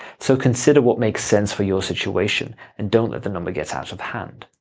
so consider what makes sense for your situation and don't let the number get out of hand.